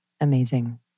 Amazing